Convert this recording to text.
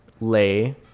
lay